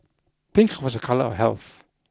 pink was a colour of health